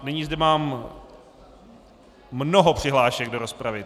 Nyní zde mám mnoho přihlášek do rozpravy.